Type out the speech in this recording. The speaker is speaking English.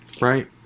Right